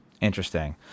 Interesting